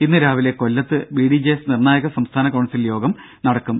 ഇന്നു രാവിലെ കൊല്ലത്ത് ബിഡിജെഎസ് നിർണായക സംസ്ഥാന കൌൺസിൽ യോഗം നടക്കും